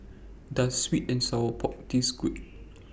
Does Sweet and Sour Chicken Taste Good